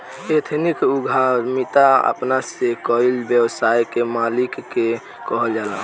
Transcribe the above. ethnic उद्यमिता अपना से कईल व्यवसाय के मालिक के कहल जाला